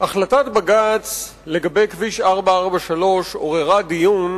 החלטת בג"ץ לגבי כביש 443 עוררה דיון,